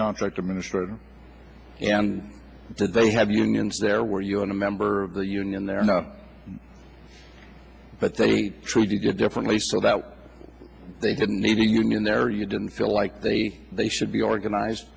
contractor minister and did they have unions there were you a member of the union there or not but they treated you differently so that they didn't need a union there you didn't feel like they they should be organized